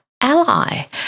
ally